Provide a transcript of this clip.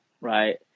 right